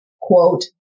quote